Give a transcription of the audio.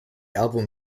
album